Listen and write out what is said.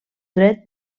dret